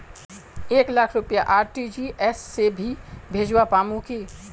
एक लाख रुपया आर.टी.जी.एस से मी भेजवा पामु की